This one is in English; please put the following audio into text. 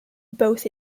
both